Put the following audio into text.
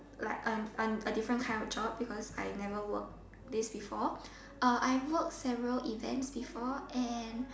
like um um a different kind of job because I never work this before uh I've worked several events before and